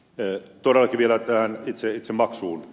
todellakin vielä tähän itse maksuun